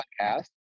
podcast